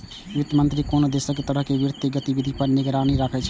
वित्त मंत्री कोनो देशक हर तरह के वित्तीय गतिविधि पर निगरानी राखै छै